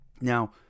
Now